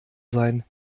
sein